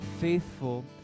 faithful